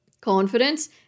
confidence